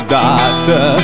doctor